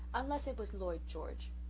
unless it was lloyd george.